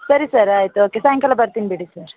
ಸರಿ ಸರ್ ಆಯಿತು ಓಕೆ ಸಾಯಂಕಾಲ ಬರ್ತೀನಿ ಬಿಡಿ ಸರ್